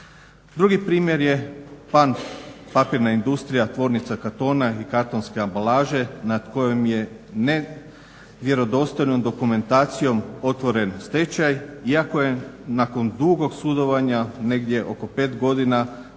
Drugi primjer je PAN-Papirna industrija Tvornica kartona i kartonske ambalaže nad kojom je nevjerodostojnom dokumentacijom otvoren stečaj iako je nakon dugog sudovanja negdje oko 5 godina